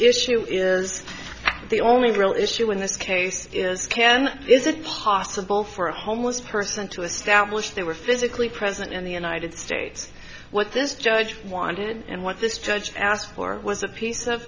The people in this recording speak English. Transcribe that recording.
issue is the only real issue in this case is can is it possible for a homeless person to establish they were physically present in the united states what this judge wanted and what this judge asked for was a piece of